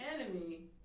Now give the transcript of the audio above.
enemy